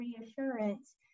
reassurance